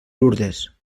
lourdes